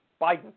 Biden